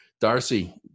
Darcy